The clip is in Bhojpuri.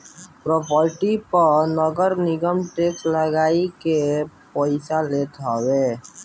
प्रापर्टी पअ नगरनिगम टेक्स लगाइ के पईसा लेत हवे